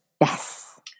Yes